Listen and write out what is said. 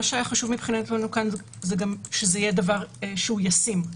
מה שהיה חשוב מבחינתנו כאן זה גם שזה יהיה דבר שהוא ישים,